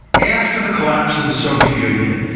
after the collapse of the soviet union,